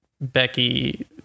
Becky